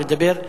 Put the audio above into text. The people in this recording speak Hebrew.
לדבר.